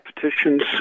petitions